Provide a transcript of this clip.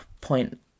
point